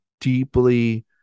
deeply